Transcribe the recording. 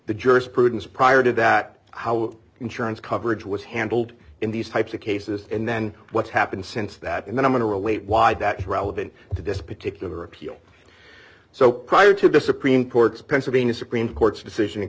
the jurisprudence prior to that how insurance coverage was handled in these types of cases and then what's happened since that and i'm going to relate why that is relevant to this particular appeal so prior to the supreme court's pennsylvania's supreme court's decision